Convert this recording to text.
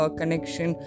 connection